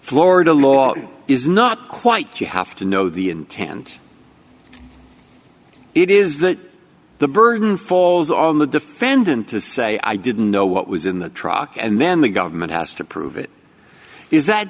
florida law is not quite you have to know the intent it is that the burden falls on the defendant to say i didn't know what was in the truck and then the government has to prove it is that